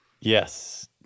Yes